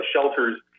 shelters